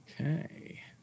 Okay